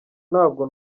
ntabwo